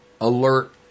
alert